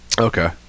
Okay